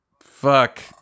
Fuck